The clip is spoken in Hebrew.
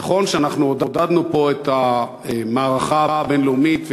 נכון שאנחנו עודדנו פה את המערכה הבין-לאומית,